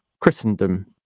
Christendom